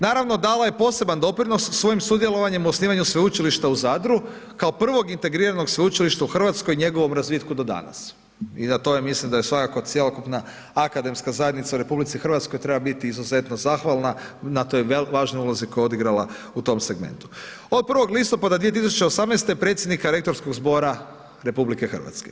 Naravno dalo je poseban doprinos svojim sudjelovanjem u osnivanju Sveučilišta u Zadru, kao prvog pintegriranog sveučilišta u Hrvatskoj i njegovom razvitku do danas i na tome mislim da je svakako cjelokupna akademska zajednica u RH treba biti izuzetno zahvalna na toj važnoj ulozi koju je odigrala u tom segmentu, ovog 1. listopada 2018. predsjednika rektorskog zbora RH.